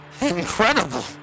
incredible